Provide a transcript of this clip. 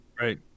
Right